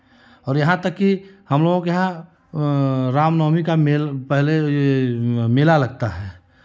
और यहाँ तक कि हम लोग के यहाँ राम नवमी का मेल पहले मेला लगता है